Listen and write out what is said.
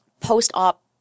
post-op